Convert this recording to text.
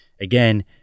again